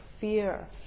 fear